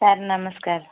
sir ନମସ୍କାର